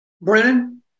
Brennan